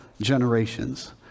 generations